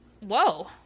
whoa